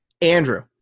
Andrew